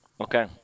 okay